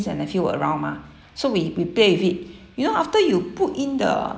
niece and nephew were around mah so we we played with it you know after you put in the